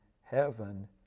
heaven